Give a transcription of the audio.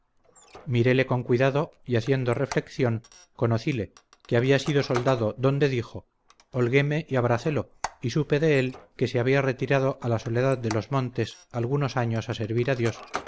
miréle con cuidado y haciendo reflección conocíle que había sido soldado donde dijo holgueme y abracélo y supe de él que se había retirado a la soledad de los montes algunos años a servir a dios